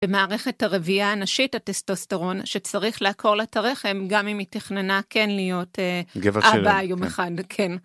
במערכת הרבייה הנשית הטסטוסטרון שצריך לעקור לה ת'רחם גם אם היא תכננה כן להיות..גבר של..הרבעה יום אחד, כן.